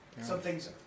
Something's